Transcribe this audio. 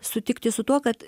sutikti su tuo kad